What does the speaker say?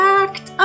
act